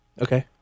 Okay